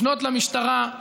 לפנות למשטרה,